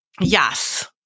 Yes